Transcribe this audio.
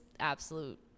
absolute